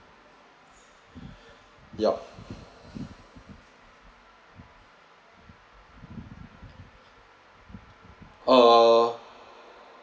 yup ah